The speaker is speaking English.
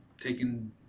taking